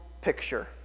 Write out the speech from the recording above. picture